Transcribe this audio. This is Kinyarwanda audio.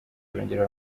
barongera